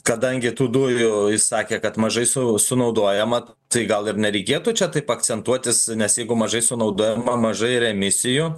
kadangi tų dujų jis sakė kad mažai su sunaudojama tai gal ir nereikėtų čia taip akcentuotis nes jeigu mažai sunaudojama mažai ir emisijų